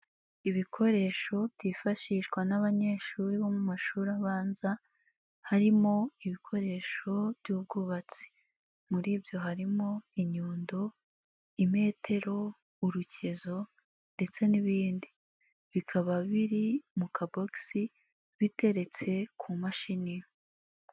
Ibikoresho byifashishwa n'abanyeshuri bo mu mashuri abanza harimo ibikoresho by'ubwubatsi. Muri ibyo harimo inyundo, imetero, urukezo ndetse n'ibindi, bikaba biri mu kabogisi biteretse ku mashini.